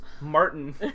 Martin